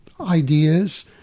ideas